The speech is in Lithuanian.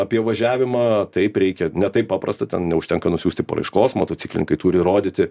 apie važiavimą taip reikia ne taip paprasta ten neužtenka nusiųsti paraiškos motociklininkai turi įrodyti